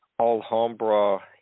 Alhambra